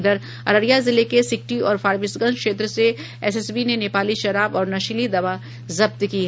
इधर अररिया जिले के सिकटी और फारबिसगंज क्षेत्र से एसएसबी ने नेपाली शराब और नशीली दवा जब्त की है